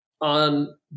on